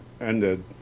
ended